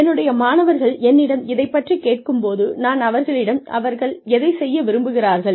என்னுடைய மாணவர்கள் என்னிடம் இதைப் பற்றிக் கேட்கும் போது நான் அவர்களிடம் அவர்கள் எதைச் செய்ய விரும்புகிறார்கள்